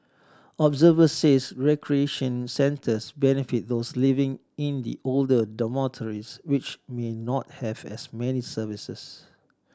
observers says recreation centres benefit those living in the older dormitories which may not have as many services